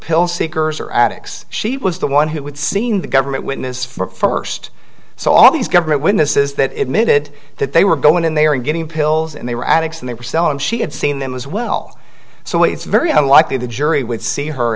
pill seekers or addicks she was the one who had seen the government witness for sed so all these government witnesses that emitted that they were going in there and getting pills and they were addicts and they were selling she had seen them as well so it's very unlikely the jury would see her